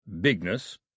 Bigness